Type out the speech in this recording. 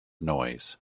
noise